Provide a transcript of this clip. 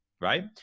right